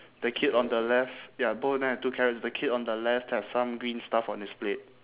the kid on the left ya both of them have two carrots the kid on the left have some green stuff on his plate